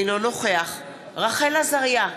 אינו נוכח רחל עזריה,